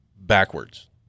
backwards